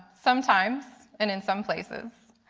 sometimes. and in some places.